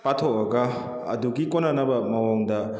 ꯄꯥꯊꯣꯛꯑꯒ ꯑꯗꯨꯒꯤ ꯀꯣꯟꯅꯅꯕ ꯃꯑꯣꯡꯗ